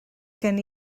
gen